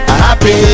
happy